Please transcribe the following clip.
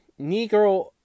Negro